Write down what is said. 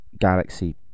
galaxy